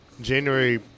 January